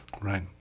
Right